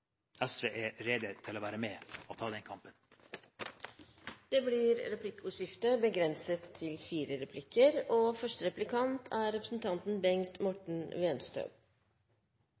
SV er rede til å være med og ta den kampen. Det blir replikkordskifte.